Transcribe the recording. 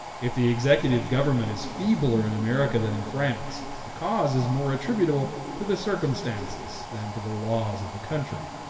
if the executive government is feebler in america than in france, the cause is more attributable to the circumstances than to the laws of the country.